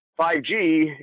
5G